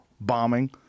bombing